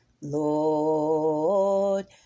Lord